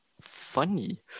funny